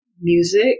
music